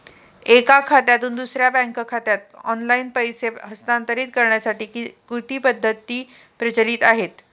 एका खात्यातून दुसऱ्या बँक खात्यात ऑनलाइन पैसे हस्तांतरित करण्यासाठी किती पद्धती प्रचलित आहेत?